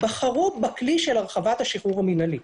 בחרו בכלי של הרחבת השחרור המינהלי,